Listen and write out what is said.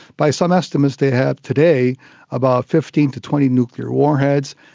by some estimates, they have today about fifteen to twenty nuclear warheads.